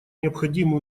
необходимые